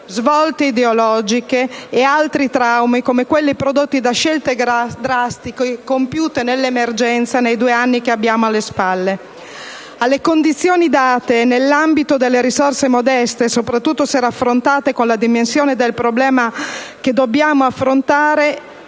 svolte ideologiche e altri traumi, come quelli prodotti da scelte drastiche compiute nell'emergenza, nel corso dei due anni che abbiamo alle spalle. Alle condizioni date, nell'ambito di risorse modeste, soprattutto se raffrontate con la dimensione del problema che dobbiamo affrontare,